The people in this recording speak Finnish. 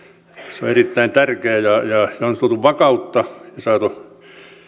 on erittäin tärkeä ja sillä on saatu vakautta ja saatu